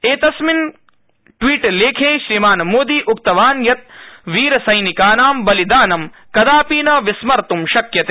एकस्मिन् ट्वीटलेखे श्रीमान् मोदी उक्तवान् यत् वीरसैनिकानां बलिदानंकदापि न विस्मर्त् शक्यते